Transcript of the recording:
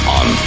on